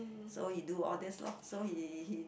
so he do all this lor so he he